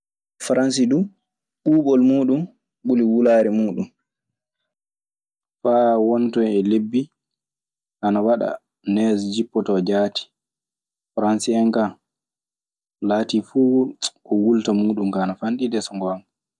Faransi dun ɓubol mudum ɓuri wulare mudum, faa won ton e lebbi ana waɗa nees jippotoo jaatii. Faransi en kaa, laatiifuu ko wulata muuɗun kaa ana fanɗi dee, so ngoonga.